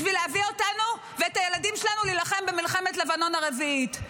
בשביל להביא אותנו ואת הילדים שלנו להילחם במלחמת לבנון הרביעית?